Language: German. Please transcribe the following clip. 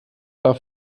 war